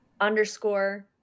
underscore